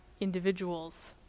individuals